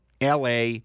LA